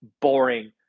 boring